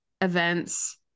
events